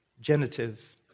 genitive